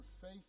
faith